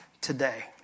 today